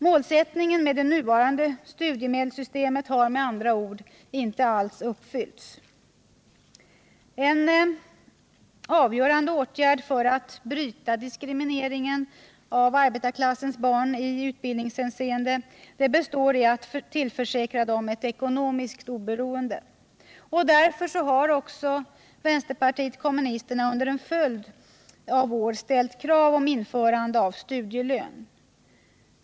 Målet för det nuvarande studiemedelssystemet har med andra ord inte alls uppnåtts. En avgörande åtgärd för att bryta diskrimineringen av arbetarklassens barn i utbildningshänseende består i att tillförsäkra dem ett ekonomiskt oberoende. Därför har också vänsterpartiet kommunisterna under en följd av år ställt krav på införandet av studielön.